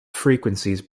frequencies